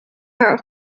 haar